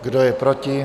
Kdo je proti?